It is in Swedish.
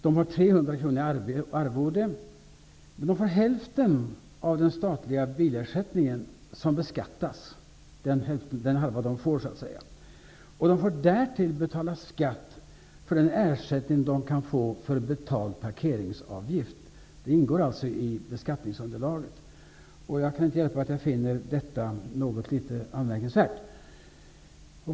De får 300 kr i arvode, men de får bara hälften av den statliga bilersättningen, som beskattas. De får därtill betala skatt för den ersättning som de kan få för betald parkeringsavgift. Den ingår i beskattningsunderlaget. Jag kan inte hjälpa att jag finner detta något anmärkningsvärt.